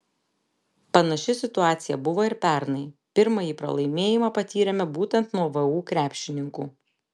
panaši situacija buvo ir pernai pirmąjį pralaimėjimą patyrėme būtent nuo vu krepšininkų